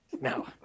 no